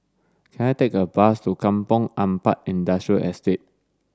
can I take a bus to Kampong Ampat Industrial Estate